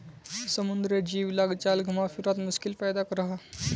समुद्रेर जीव लाक जाल घुमा फिरवात मुश्किल पैदा करोह